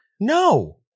No